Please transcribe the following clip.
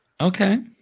okay